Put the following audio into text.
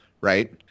Right